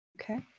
Okay